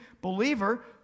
Believer